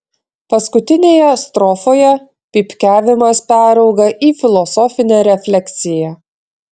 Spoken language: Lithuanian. paskutinėje strofoje pypkiavimas perauga į filosofinę refleksiją